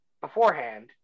beforehand